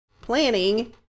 planning